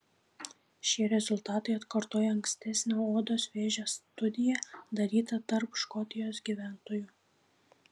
šie rezultatai atkartoja ankstesnę odos vėžio studiją darytą tarp škotijos gyventojų